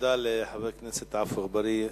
תודה לחבר הכנסת עפו אגבאריה.